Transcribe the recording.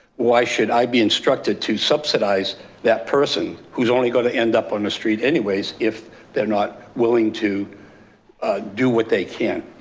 why should i be instructed to subsidize that person who's only going to end up on the street anyways if they're not willing to do what they can.